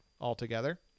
altogether